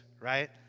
right